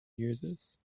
users